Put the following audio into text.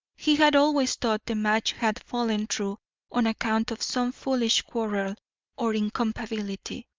he had always thought the match had fallen through on account of some foolish quarrel or incompatibility,